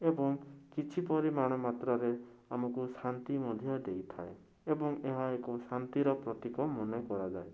ଏବଂ କିଛି ପରିମାଣ ମାତ୍ରାରେ ଆମୁକୁ ଶାନ୍ତି ମଧ୍ୟ ଦେଇଥାଏ ଏବଂ ଏହା ଏକ ଶାନ୍ତିର ପ୍ରତୀକ ମନେ କରାଯାଏ